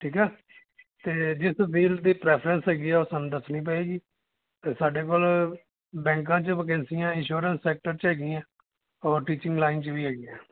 ਠੀਕ ਆ ਅਤੇ ਜਿਸ ਫੀਲਡ ਦੀ ਪ੍ਰੈਫਰੈਂਸ ਹੈਗੀ ਆ ਉਹ ਸਾਨੂੰ ਦੱਸਣੀ ਪਏਗੀ ਅਤੇ ਸਾਡੇ ਕੋਲ ਬੈਂਕਾਂ 'ਚ ਵਕੈਂਸੀਆਂ ਇੰਸ਼ੋਰੈਂਸ ਸੈਕਟਰ 'ਚ ਹੈਗੀਆਂ ਔਰ ਟੀਚਿੰਗ ਲਾਈਨ 'ਚ ਵੀ ਹੈਗੀ ਆ